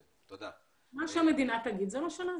מה שהמדינה תגיד, זה מה שנעשה.